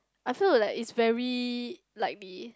I feel like it's very likely